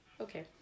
Okay